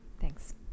thanks